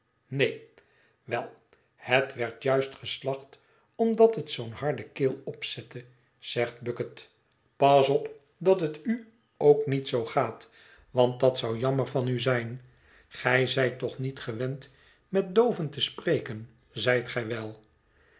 neen wel het werd juist geslacht omdat het zoo'n harde keel opzette zegt bucket pas op dat het u ook niet zoo gaat want dat zou jammer van u zijn gij zijt toch niet gewend met dooven te spreken zijt gij wel